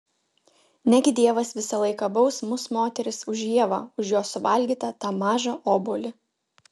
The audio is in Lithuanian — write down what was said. negi dievas visą laiką baus mus moteris už ievą už jos suvalgytą tą mažą obuolį